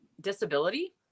disability